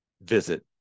visit